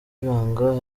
ibanga